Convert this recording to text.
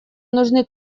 нужны